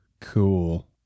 cool